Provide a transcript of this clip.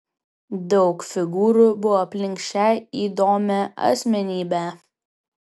daug figūrų buvo aplink šią įdomią asmenybę